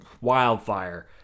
wildfire